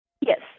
Yes